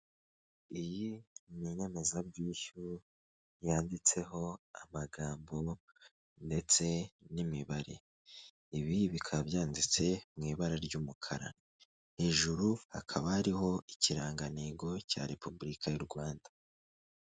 Iyi ni inyemezabwishyu yanditseho amagambo ndetse n'imibare. Ibi bikaba byanditse mu ibara ry'umukara, hejuru hakaba hariho ikirangantego cya repubulika y'u Rwanda.